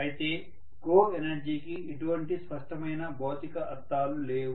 అయితే కోఎనర్జీకి ఎటువంటి స్పష్టమైన భౌతిక అర్థాలు లేవు